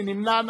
מי נמנע?